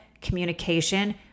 communication